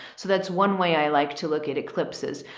so that's one way i like to look at eclipses,